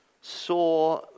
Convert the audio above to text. saw